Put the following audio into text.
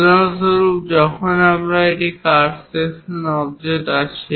উদাহরণস্বরূপ যখন আপনি একটি কাট সেকশন অবজেক্ট আছে